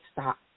stop